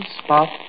spot